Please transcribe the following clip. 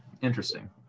Interesting